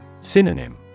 Synonym